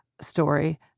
story